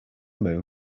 moon